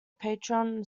patron